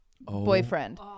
boyfriend